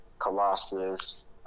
Colossus